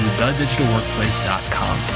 thedigitalworkplace.com